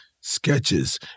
sketches